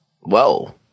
Whoa